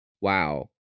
wow